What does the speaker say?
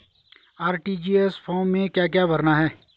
RTGS form में क्या क्या भरना है?